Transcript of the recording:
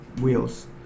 wheels